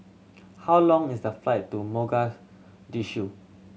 how long is the flight to Mogadishu